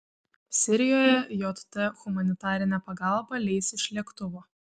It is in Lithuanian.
sirijoje jt humanitarinę pagalbą leis iš lėktuvo